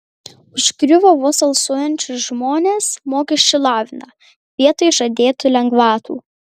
užgriuvo vos alsuojančius žmones mokesčių lavina vietoj žadėtų lengvatų